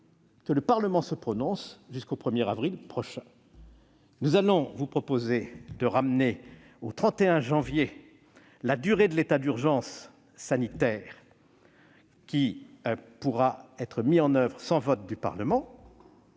que le Parlement se prononce. Nous allons vous proposer de ramener au 31 janvier la durée de l'état d'urgence sanitaire qui pourra être mis en oeuvre sans vote du Parlement.